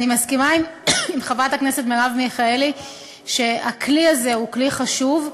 אני מסכימה עם חברת הכנסת מרב מיכאלי שהכלי הזה הוא כלי חשוב,